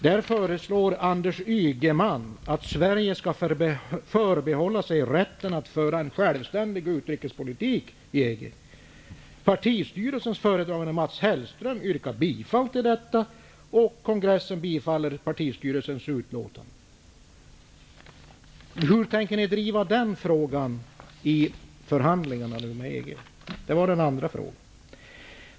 Där föreslog Anders Ygeman att Sverige skall förbehålla sig rätten att föra en självständig utrikespolitik i EG. Partistyrelsens föredragande Mats Hellström yrkade bifall till detta, och kongressen biföll partistyrelsens utlåtande. Hur tänker ni driva den frågan i förhandlingarna med EG?